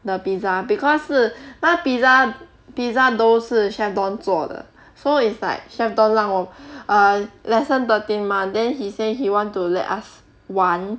the pizza because 是那个 pizza pizza dough 是 chef don 做的 so it's like chef don 让我 err lesson thirteen 吗 then he say he want to let us 玩